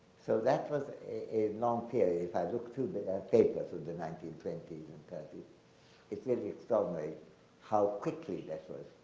so that was a long period if i look through the papers of the nineteen twenty and thirty s. it's really extraordinary how quickly this was,